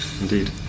indeed